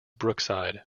brookside